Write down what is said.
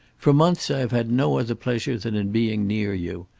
for months i have had no other pleasure than in being near you.